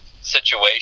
situation